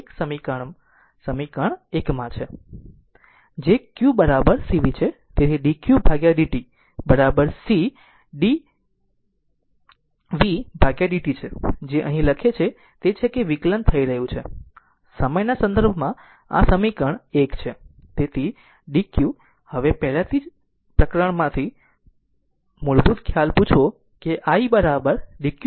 1 ના સમીકરણ 1 માં છે કે જે q cv છે તેથી dqdt c dbdt છે જે અહીં લખે છે તે છે તે વિકલન લઈ રહ્યો છું સમયના સંદર્ભમાં આ સમીકરણ 1 તેથી dq હવે પહેલા જ પ્રકરણમાંથી મૂળભૂત ખ્યાલ પૂછો કે i dq dt